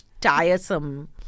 tiresome